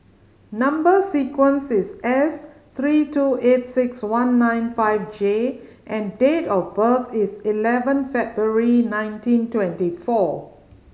number sequence is S three two eight six one nine five J and date of birth is eleven February nineteen twenty four